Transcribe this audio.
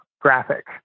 graphic